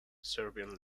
serbian